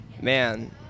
man